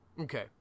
Okay